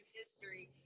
history